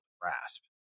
grasp